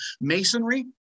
masonry